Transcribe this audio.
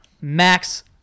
max